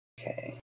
Okay